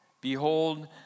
Behold